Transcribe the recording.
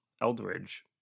Eldridge